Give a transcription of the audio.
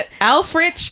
Alfred